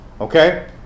Okay